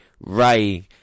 Ray